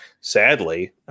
Sadly